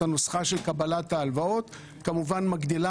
הנוסחה של קבלת ההלוואות כמובן מגדילה